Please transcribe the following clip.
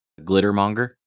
Glittermonger